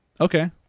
Okay